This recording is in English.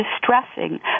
distressing